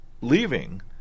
leaving